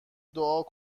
دعا